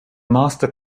master